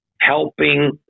helping